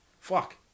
Fuck